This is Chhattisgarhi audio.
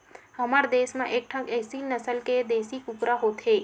हमर देस म एकठन एसील नसल के देसी कुकरा होथे